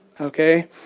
okay